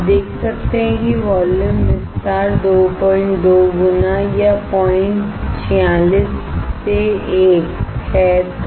आप देख सकते हैं कि वॉल्यूम विस्तार 22 गुना या 046 से 1 है